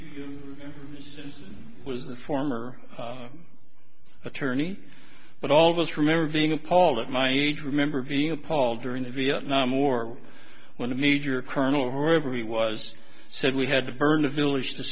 was the former attorney but all of us remember being appalled at my age remember being appalled during the vietnam war when the meijer colonel reverie was said we had to burn the village to